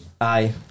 Aye